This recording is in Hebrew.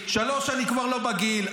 3. אני כבר לא בגיל,